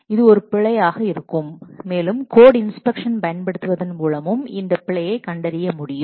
இது ஒரு பிழையாக இருக்கும் மேலும் கோட் இன்ஸ்பெக்ஷன் பயன்படுத்துவதன் மூலமும் இந்த பிழையைக் கண்டறிய முடியும்